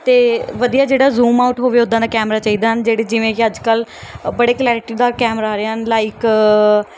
ਅਤੇ ਵਧੀਆ ਜਿਹੜਾ ਜ਼ੂਮ ਆਊਟ ਹੋਵੇ ਉੱਦਾਂ ਦਾ ਕੈਮਰਾ ਚਾਹੀਦਾ ਹਨ ਜਿਹੜੇ ਜਿਵੇਂ ਕਿ ਅੱਜ ਕੱਲ੍ਹ ਬੜੇ ਕਲੈਰਟੀਦਾਰ ਕੈਮਰਾ ਆ ਰਹੇ ਹਨ ਲਾਈਕ